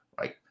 right